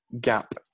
gap